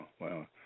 Wow